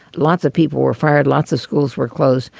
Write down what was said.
lots of people were fired. lots of schools were closed.